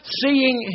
seeing